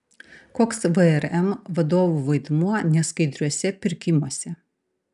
koks vrm vadovų vaidmuo neskaidriuose pirkimuose